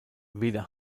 weder